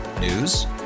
News